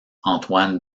antoine